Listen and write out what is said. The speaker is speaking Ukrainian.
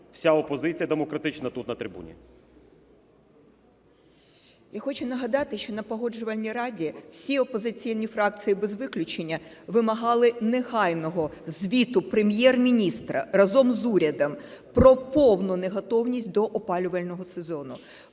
вся опозиція демократична тут на трибуні. 10:04:42 ТИМОШЕНКО Ю.В. Я хочу нагадати, що на Погоджувальній раді всі опозиційні фракції, без виключення, вимагали негайного звіту Прем'єр-міністра разом з урядом про повну неготовність до опалювального сезону,